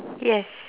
yes